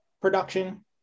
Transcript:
production